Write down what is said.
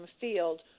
field